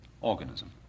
organism